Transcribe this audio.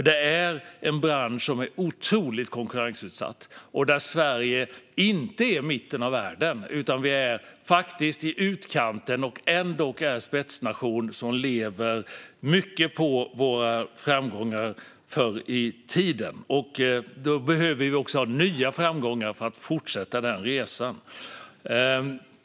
Det är en bransch som är otroligt konkurrensutsatt, och Sverige är inte i mitten av världen utan i utkanten. Ändå är Sverige en spetsnation. Vi lever mycket på våra framgångar från förr i tiden. Vi behöver nya framgångar för att fortsätta den resan.